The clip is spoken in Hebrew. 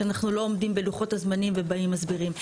שאנחנו לא עומדים בלוחות הזמנים ובאים מסבירים.